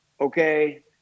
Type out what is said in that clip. okay